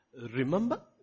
remember